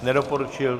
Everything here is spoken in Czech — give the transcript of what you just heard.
Nedoporučil.